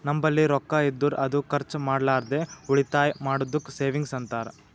ನಂಬಲ್ಲಿ ರೊಕ್ಕಾ ಇದ್ದುರ್ ಅದು ಖರ್ಚ ಮಾಡ್ಲಾರ್ದೆ ಉಳಿತಾಯ್ ಮಾಡದ್ದುಕ್ ಸೇವಿಂಗ್ಸ್ ಅಂತಾರ